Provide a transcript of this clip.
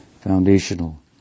foundational